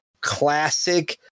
classic